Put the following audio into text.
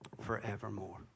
forevermore